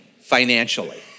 financially